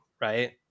right